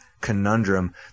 conundrum